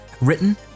written